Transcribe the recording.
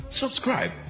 subscribe